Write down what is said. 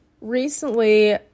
Recently